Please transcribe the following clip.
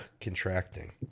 contracting